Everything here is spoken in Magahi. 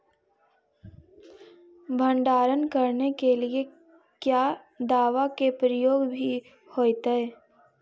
भंडारन करने के लिय क्या दाबा के प्रयोग भी होयतय?